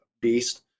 beast